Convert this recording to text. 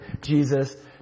Jesus